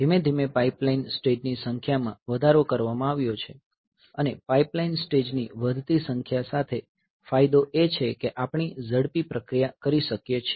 ધીમે ધીમે પાઈપલાઈન સ્ટેજની સંખ્યામાં વધારો કરવામાં આવ્યો છે અને પાઈપલાઈન સ્ટેજની વધતી સંખ્યા સાથે ફાયદો એ છે કે આપણે ઝડપી પ્રક્રિયા કરી શકીએ છીએ